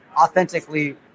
authentically